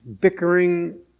Bickering